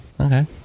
okay